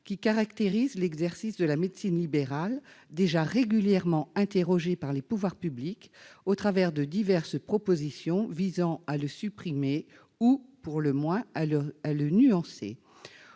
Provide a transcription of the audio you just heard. qui caractérise l'exercice de la médecine libérale, déjà régulièrement interrogé par les pouvoirs publics au travers de diverses propositions visant à le supprimer ou, pour le moins, à le nuancer.